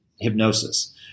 hypnosis